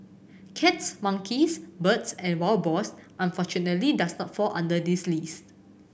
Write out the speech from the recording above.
cats monkeys birds and wild boars unfortunately does not fall under this list